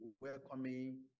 welcoming